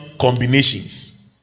combinations